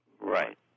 Right